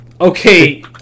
Okay